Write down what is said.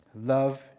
Love